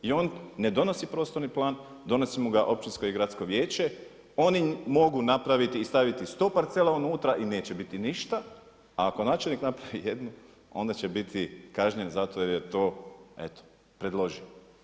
I on ne donosi prostorni plan, donosi ga općinsko i gradsko vijeće, oni mogu napraviti i staviti 100 parcela i neće biti ništa, ako načelnik napravi jednu, onda će biti kažnjen zato jer je to eto, predložio.